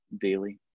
daily